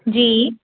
जी